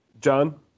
John